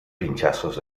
pinchazos